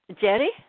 Jerry